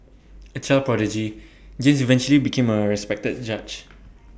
A child prodigy James eventually became A respected judge